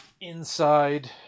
inside